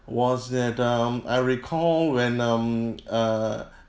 was that um I recall when um err